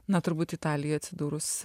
na turbūt italijoj atsidūrus